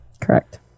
Correct